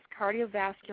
cardiovascular